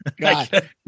God